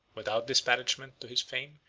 without disparagement to his fame,